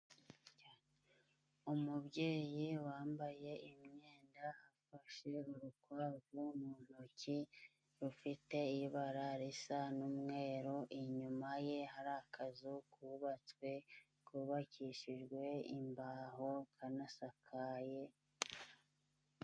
Umubyeyi wambaye imyenda, afashe urukwavu mu ntoki rufite ibara risa n'umweru, inyuma ye hari akazu kubatswe kubakishijwe imbaho kanasakaye.